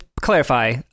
clarify